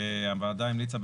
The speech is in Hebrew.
הוועדה המליצה,